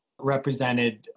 represented